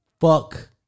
fuck